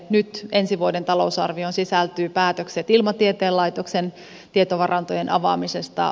nyt ensi vuoden talousarvioon sisältyy päätökset ilmatieteen laitoksen tietovarantojen avaamisesta